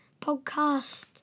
podcast